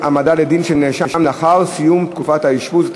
העמדה לדין של נאשם לאחר סיום תקופת האשפוז),